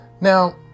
Now